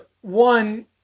one